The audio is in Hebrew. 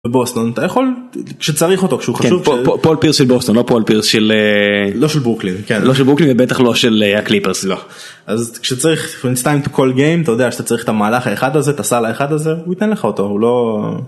בוסטון אתה יכול שצריך אותו כשהוא חשוב פול פירס של בוסטון לא פול פירס של לא של ברוקלין בטח לא של הקליפרס לא. אז כשצריך את כל גיים אתה יודע שאתה צריך את המהלך האחד הזה אתה שאלה אחד הזה הוא ייתן לך אותו הוא לא.